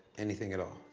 anything at all.